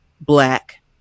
black